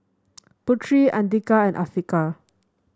Putri Andika and Afiqah